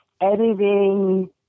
editing